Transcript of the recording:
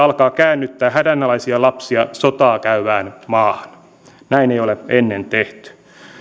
alkaa käännyttää hädänalaisia lapsia sotaa käyvään maahan näin ei ole ennen tehty